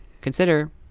consider